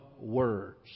words